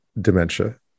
Dementia